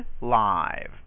live